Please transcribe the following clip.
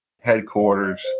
headquarters